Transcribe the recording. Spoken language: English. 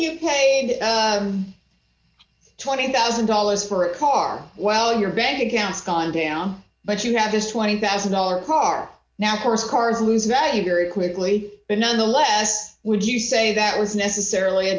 you paid twenty thousand dollars for a car while your bank accounts gone down but you have this twenty thousand dollars car now course car whose value very quickly but nonetheless would you say that was necessarily a